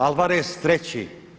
Alvarez treći.